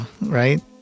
Right